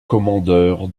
commandeur